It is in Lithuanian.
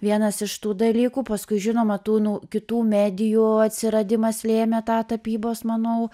vienas iš tų dalykų paskui žinoma tų kitų medijų atsiradimas lėmė tą tapybos manau